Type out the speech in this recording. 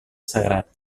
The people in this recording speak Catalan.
sagrat